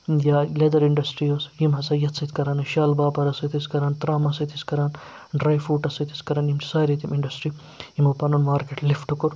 یا لٮ۪دَر اِنٛڈَسٹِرٛی ٲس یِم ہَسا یَتھ سۭتۍ کَران ٲسۍ شال باپارَس سۭتۍ ٲسۍ کَران ترٛامَس سۭتۍ ٲسۍ کَران ڈرٛاے فرٛوٗٹَس سۭتۍ ٲسۍ کَران یِم چھِ سارے تِم اِنٛڈَسٹِرٛی یِمو پَنُن مارکٮ۪ٹ لِفٹ کوٚر